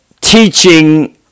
teaching